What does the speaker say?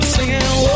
Singing